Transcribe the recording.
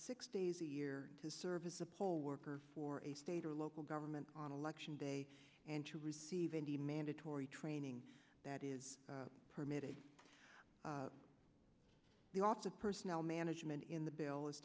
six days a year to serve as a poll worker for a state or local government on election day and to receive any mandatory training that is permitted the office of personnel management in the bill